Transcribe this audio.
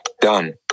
done